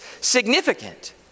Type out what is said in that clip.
significant